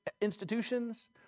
institutions